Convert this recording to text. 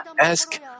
ask